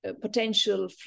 potential